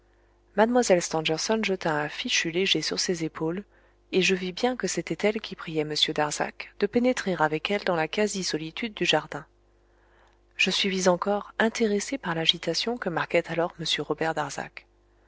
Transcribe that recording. mlle stangerson jeta un fichu léger sur ses épaules et je vis bien que c'était elle qui priait m darzac de pénétrer avec elle dans la quasi solitude du jardin je suivis encore intéressé par l'agitation que marquait alors m robert darzac